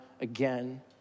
again